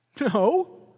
No